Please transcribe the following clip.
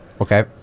Okay